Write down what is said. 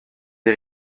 des